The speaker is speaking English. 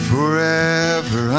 Forever